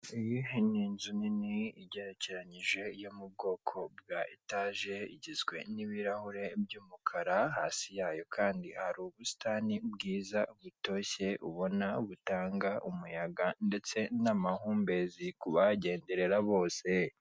Iyi ni inzu nini igerekeranyije yo mu bwoko bwa etaje, igizwe n'ibirahure by'umukara hasi yayo kandi hari ubisitani bwiza butoshye ubona butanga umuyaga ndetse n'amahumbezi kubahagenderera bose.